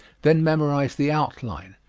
then memorize the outline,